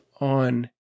on